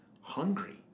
hungry